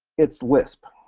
it's lisp.